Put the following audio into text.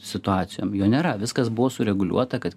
situacijom jo nėra viskas buvo sureguliuota kad